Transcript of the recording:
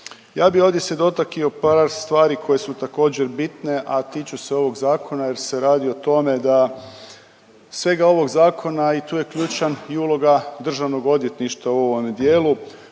se ne razumije./... par stvari koje su također, bitne, a tiču se ovog Zakona jer se radi o tome da svega ovog Zakona i tu je ključan i uloga DORH-a u ovome dijelu,